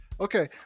Okay